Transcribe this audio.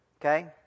okay